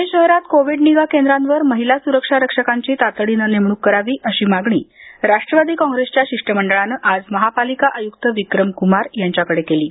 पुणे शहरात कोविड निगा केंद्रांवर महिला सुरक्षा रक्षकांची तातडीने नेमणूक करावी अशी मागणी राष्ट्रवादी काँग्रेसच्या शिष्टमंडळाने आज महापालिका आयुक्त विक्रम क्मार यांच्याकडे केली आहे